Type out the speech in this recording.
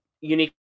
unique